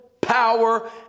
power